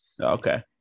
Okay